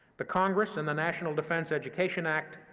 the congress, in the national defense education act,